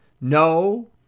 no